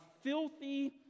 filthy